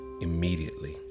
immediately